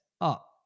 up